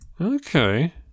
Okay